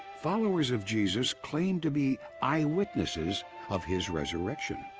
followers of jesus claimed to be eyewitnesses of his resurrection.